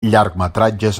llargmetratges